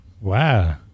Wow